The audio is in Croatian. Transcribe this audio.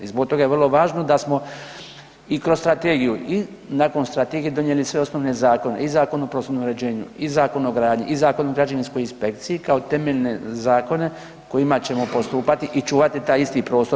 I zbog toga je vrlo važno da smo i kroz strategiju i nakon strategije donijeli sve osnovne zakone i Zakon o prostornom uređenju i Zakon o gradnji i Zakon o građevinskoj inspekciji kao temeljne zakone kojima ćemo postupati i čuvati taj isti prostor.